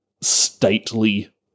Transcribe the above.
stately